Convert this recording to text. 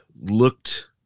looked